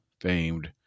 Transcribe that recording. famed